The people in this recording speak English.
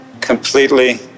completely